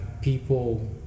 people